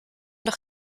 doch